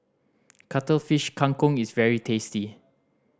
Cuttlefish Kang Kong is very tasty